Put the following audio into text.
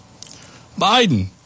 Biden